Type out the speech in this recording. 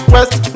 West